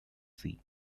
sea